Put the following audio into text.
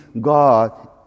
God